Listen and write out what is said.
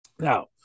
Now